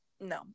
no